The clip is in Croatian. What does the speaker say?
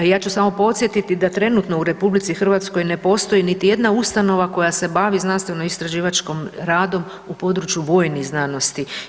Ja ću samo podsjetiti da trenutno u RH ne postoji niti jedna ustanova koja se bavi znanstveno-istraživačkim radom u području vojnih znanosti.